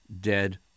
dead